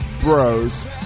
bros